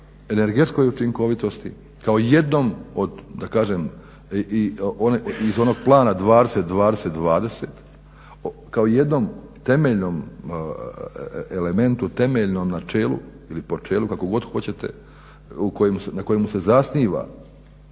energetskoj učinkovitosti kao jednom od da kažem iz onog Plana 20, 20, 20 kao jednom temeljnom elementu, temeljnom načelu ili počelu kako god hoćete na kojemu se zasniva